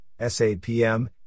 SAPM